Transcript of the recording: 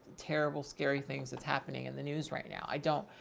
terrible, scary things that's happening in the news right now. i don't,